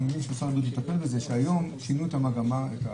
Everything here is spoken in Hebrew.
היום שינו את המגמה,